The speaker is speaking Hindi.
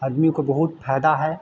आदमी को बहुत फायदा है